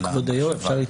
כבוד היו"ר, אפשר להתייחס?